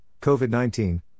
COVID-19